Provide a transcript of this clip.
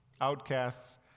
outcasts